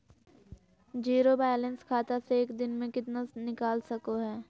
Zero balance खाता से एक दिन में कितना निकाल सको है?